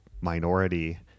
minority